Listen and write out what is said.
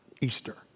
Easter